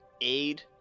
aid